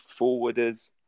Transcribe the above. forwarders